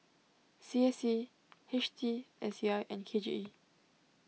C S C H T S C I and K J E